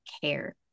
care